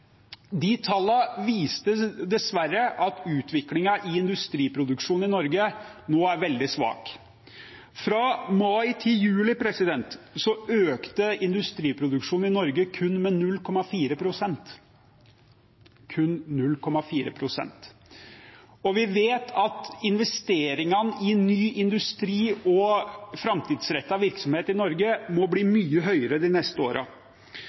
De tallene viste dessverre at utviklingen i industriproduksjonen i Norge nå er veldig svak. Fra mai til juli økte industriproduksjonen i Norge med kun 0,4 pst. – kun 0,4 pst. Vi vet at investeringene i ny industri og framtidsrettet virksomhet i Norge må bli mye høyere de neste